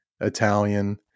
Italian